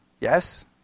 Yes